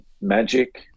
magic